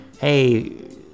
hey